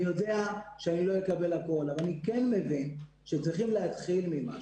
אני יודע שאני לא אקבל הכול אבל אני כן מבין שצריכים להתחיל ממשהו,